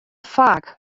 faak